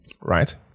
right